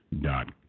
dot